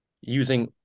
using